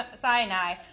Sinai